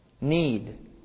need